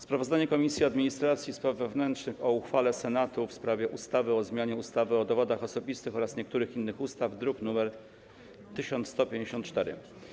Sprawozdanie Komisji Administracji i Spraw Wewnętrznych o uchwale Senatu w sprawie ustawy o zmianie ustawy o dowodach osobistych oraz niektórych innych ustaw, druk nr 1154.